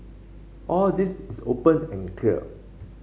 all this is open and clear